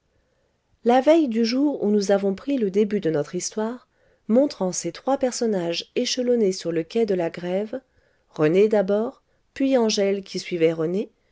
la veille du jour où nous avons pris le début de notre histoire montrant ces trois personnages échelonnés sur le quai de la grève rené d'abord puis angèle qui suivait rené